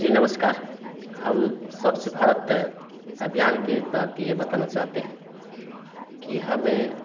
जी नमस्कार हम सबसे भारत अभियान के तहत कि यह बताना चाहते हैं कि हमें